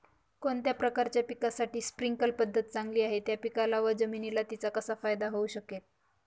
कोणत्या प्रकारच्या पिकासाठी स्प्रिंकल पद्धत चांगली आहे? त्या पिकाला व जमिनीला तिचा कसा फायदा होऊ शकेल?